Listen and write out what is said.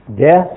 Death